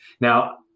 Now